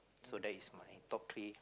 so that is my top three